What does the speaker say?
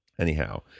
anyhow